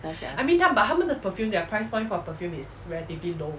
ya sia